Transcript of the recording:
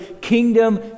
kingdom